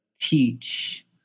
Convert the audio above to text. teach